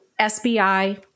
SBI